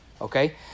okay